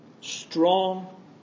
strong